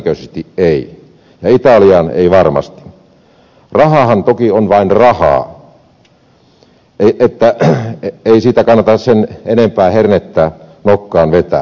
rahahan toki on vain rahaa niin että ei siitä kannata sen enempää hernettä nokkaan vetää